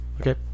Okay